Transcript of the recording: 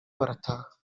barataha